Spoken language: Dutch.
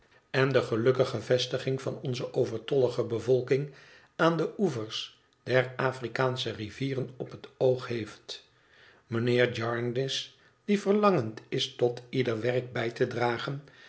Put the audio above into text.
en de gelukkige vestiging van onze overtollige bevolking aan de oevers der afrikaansche rivieren op het oog heeft mijnheer jarndyce die verlangend is tot ieder werk bij te dragen